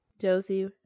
Josie